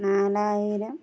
നാലായിരം